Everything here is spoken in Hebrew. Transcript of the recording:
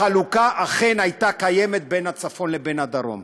חלוקה אכן הייתה קיימת בין הצפון לדרום,